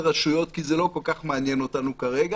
הרשויות כי זה לא כל כך מעניין אותנו כרגע,